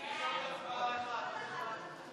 2023,